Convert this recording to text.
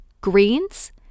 greens